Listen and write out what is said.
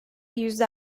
yüzde